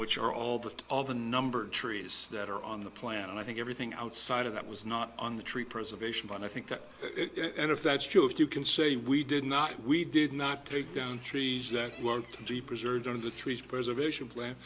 which are all the all the numbered trees that are on the plant and i think everything outside of that was not on the tree preservation but i think that if that's true if you can say we did not we did not take down trees that were deep preserved under the trees preservation plan